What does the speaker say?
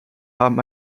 haben